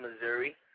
Missouri